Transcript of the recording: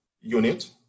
unit